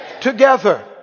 together